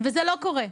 וזה לא קורה.